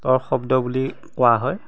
ৰ শব্দ বুলি কোৱা হয়